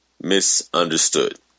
misunderstood